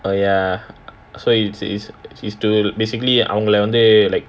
uh ya so i~ it~ it's to basically அவங்கள வந்து:avangala vandhu like